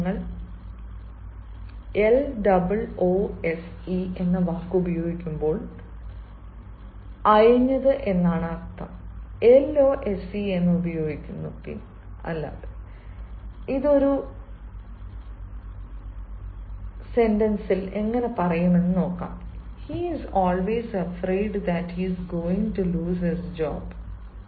അതിനാൽ നിങ്ങൾ l double o s e എന്ന വാക്ക് ഉപയോഗിക്കുമ്പോൾ മറ്റൊരു അർത്ഥമുള്ള അയഞ്ഞതും l o s e ഉം " he is always afraid that he is going to lose his job